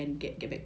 mm